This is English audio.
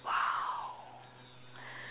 !wow!